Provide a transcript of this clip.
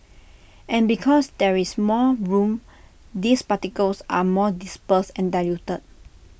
and because there is more room these particles are more dispersed and diluted